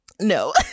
no